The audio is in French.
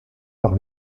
par